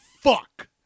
fuck